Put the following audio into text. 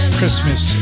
Christmas